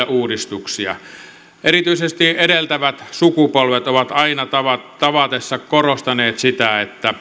uudistuksia erityisesti edeltävät sukupolvet ovat aina tavatessa tavatessa korostaneet sitä